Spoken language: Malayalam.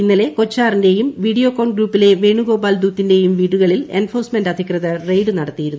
ഇന്നലെ കൊച്ചാറിന്റെയും വീഡിയോ കോൺ ഗ്രൂപ്പിലെ വേണുഗോപാൽ ധൂത്തിന്റെയും വീടുകളിൽ എന്ഫോഴ്സ്ഉമന്റ് അധികൃതർ റെയ്ഡ് നടത്തിയിരുന്നു